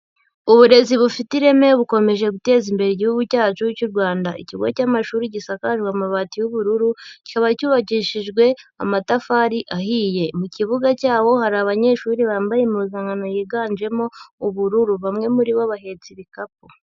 Uburezi bufite ireme bukomeje guteza imbere igihugu cyacu cy'u Rwanda. Ikigo cy'amashuri gisakajwe amabati y'ubururu kikaba cyubakishijwe amatafari ahiye. Mu kibuga cyabo hari abanyeshuri bambaye impuzankano yiganjemo ubururu. Bamwe muri bo bahetse ibikapu.